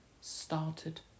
started